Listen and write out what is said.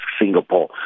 Singapore